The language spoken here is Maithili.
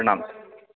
प्रणाम